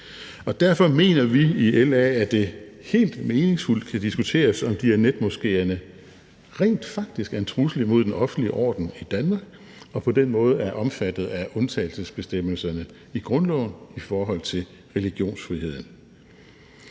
Derfor mener vi i LA, at det helt meningsfuldt kan diskuteres, om Diyanet-moskéerne rent faktisk er en trussel imod den offentlige orden i Danmark og på den måde er omfattet af undtagelsesbestemmelserne i grundloven i forhold til religionsfriheden.